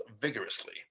vigorously